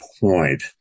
point